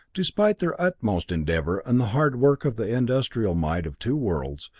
despite their utmost endeavor and the hard work of the industrial might of two worlds,